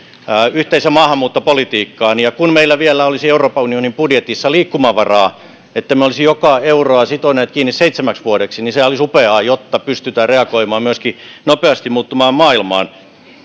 yhteiseen maahanmuuttopolitiikkaan ja kun meillä vielä olisi euroopan unionin budjetissa liikkumavaraa ettemme olisi joka euroa sitoneet kiinni seitsemäksi vuodeksi niin sehän olisi upeaa jotta pystytään reagoimaan myöskin nopeasti muuttuvaan maailmaan